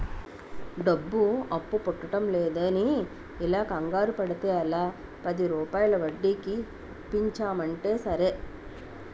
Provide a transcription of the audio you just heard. డబ్బు అప్పు పుట్టడంలేదని ఇలా కంగారు పడితే ఎలా, పదిరూపాయల వడ్డీకి ఇప్పించమంటే సరే